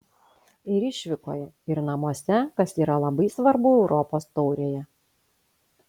ir išvykoje ir namuose kas yra labai svarbu europos taurėje